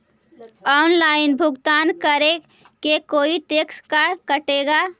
Online भुगतान करे को कोई टैक्स का कटेगा?